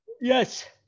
Yes